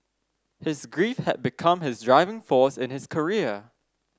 his grief had become his driving force in his career